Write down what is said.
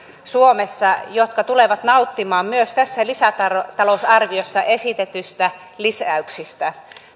suomessa jotka tulevat nauttimaan myös tässä lisätalousarviossa esitetyistä lisäyksistä